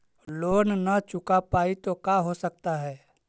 Loan न चुका पाई तो का हो सकता है?